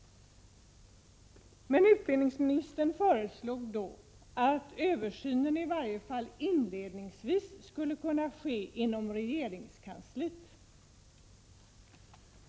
Men utbildningsministern föreslog då att översynen i varje fall inledningsvis skulle kunna ske inom regeringskansliet.